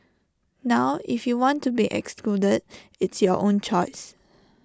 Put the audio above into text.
now if you want to be excluded it's your own choice